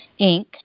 Inc